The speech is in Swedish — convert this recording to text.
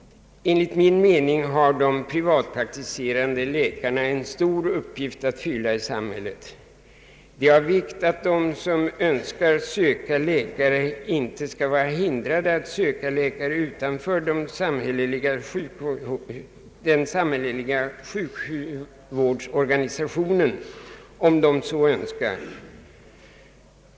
Enligt min mening har de privatpraktiserande läkarna en mycket stor uppgift att fylla i samhället. Det är av vikt att de som önskar söka läkare inte skall vara hindrade att göra det utanför den samhälleliga sjukvårdsorganisationen.